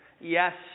yes